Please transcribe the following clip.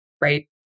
right